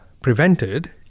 prevented